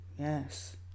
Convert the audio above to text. Yes